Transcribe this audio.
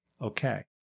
Okay